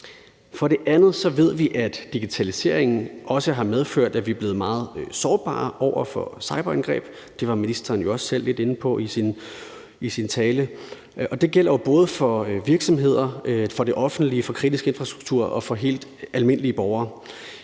For det andet ved vi, at digitaliseringen også har medført, at vi er blevet meget sårbare over for cyberangreb. Det var ministeren jo også selv lidt inde på i sin tale. Det gælder både for virksomheder, for det offentlige, for kritisk infrastruktur og for helt almindelige borgere.